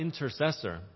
intercessor